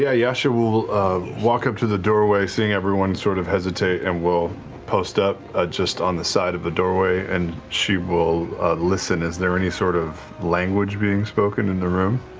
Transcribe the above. yeah yasha will walk up to the doorway, seeing everyone sort of hesitate, and will post up just on the side of the doorway and she will listen. is there any sort of language being spoken in the room?